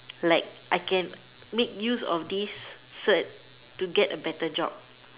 like I can make use of this cert to get a better job